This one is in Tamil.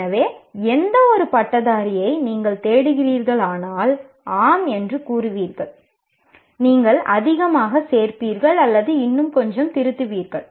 எனவே எந்தவொரு பட்டதாரியை நீங்கள் தேடுகிறீர்களானால் ஆம் என்று கூறுவீர்கள் நீங்கள் அதிகமாகச் சேர்ப்பீர்கள் அல்லது இன்னும் கொஞ்சம் திருத்துவீர்கள்